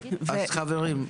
חברים,